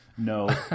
No